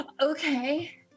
Okay